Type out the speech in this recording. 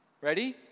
Ready